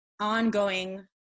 ongoing